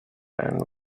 and